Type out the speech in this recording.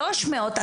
300,